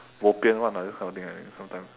bo pian [one] lah this kind of thing like sometimes